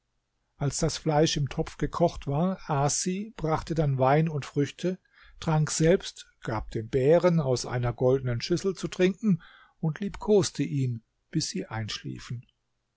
als das fleisch im topf gekocht war aß sie brachte dann wein und früchte trank selbst gab dem bären aus einer goldenen schüssel zu trinken und liebkoste ihn bis sie einschliefen